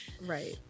Right